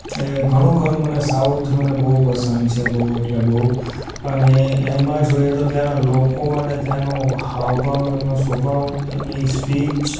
એ ઘણું ખરું મને સાઉથ મને બહુ પસંદ છે બહુ એટલે બહુ અને એમાં જોઈએ તો ત્યાંનાં લોકો અને ત્યાંનો હાવભાવ એનો સ્વભાવ એમની સ્પીચ